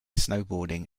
snowboarding